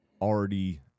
already